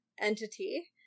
entity